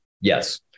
Yes